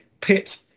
pit